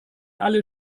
alle